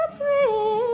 three